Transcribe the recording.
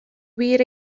wir